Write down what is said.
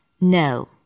No